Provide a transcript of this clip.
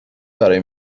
برای